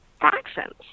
factions